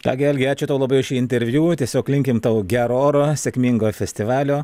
ką gi algi ačiū tau labai už šį interviu tiesiog linkim tau gero oro sėkmingo festivalio